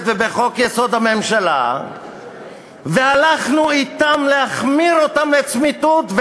ובחוק-יסוד: הממשלה והלכנו להחמיר אותם לצמיתות,